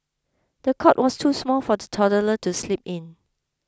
the cot was too small for the toddler to sleep in